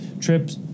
trips